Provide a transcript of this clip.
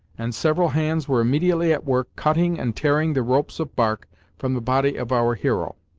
and several hands were immediately at work, cutting and tearing the ropes of bark from the body of our hero.